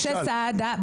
משה סעדה,